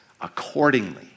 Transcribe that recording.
accordingly